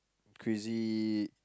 crazy